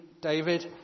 David